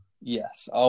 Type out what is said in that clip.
Yes